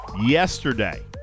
yesterday